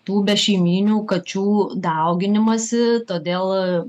tų bešeimynių kačių dauginimąsi todėl